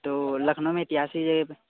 तो लखनऊ में जगह पे